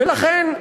ולכן,